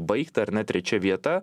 baigta ar ne trečia vieta